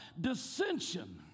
Dissension